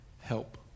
Help